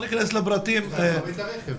כשאתה מכבה את הרכב.